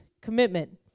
commitment